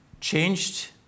changed